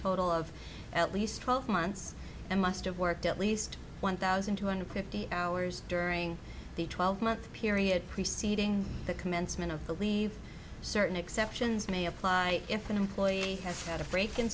total of at least twelve months and must have worked at least one thousand two hundred fifty hours during the twelve month period preceding the commencement of the leave certain exceptions may apply if an employee has had a break in